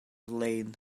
lein